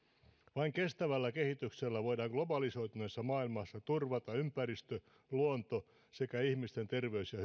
vain kestävällä kehityksellä voidaan globalisoituneessa maailmassa turvata ympäristö luonto sekä ihmisten terveys ja